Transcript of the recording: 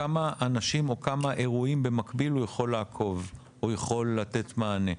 כמה אנשים או כמה אירועים במקביל הוא יכול לעקוב או יכול לתת מענה?